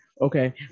okay